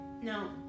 no